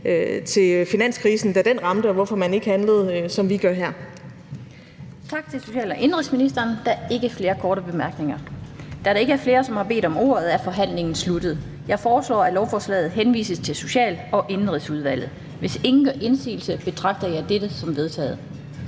til finanskrisen, da den ramte, og hvorfor man ikke handlede, som vi gør her.